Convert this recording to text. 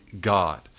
God